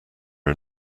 are